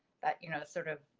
that you know sort of,